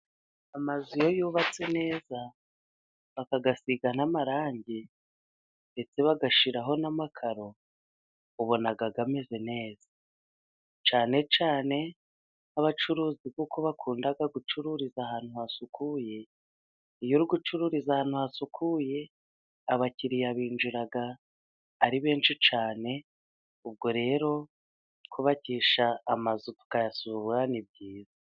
Amazu iyo yubatse neza bakayasiga n'amarangi, ndetse bagashyiraho n'amakaro, ubona ameze neza. Cyane cyane abacuruzi kuko bakunda gucururiza ahantu hasukuye. Iyo uri gucururiza ahantu hasukuye, abakiriya binjira ari benshi cyane. Ubwo rero kubakisha amazu tukayasukura ni byiza.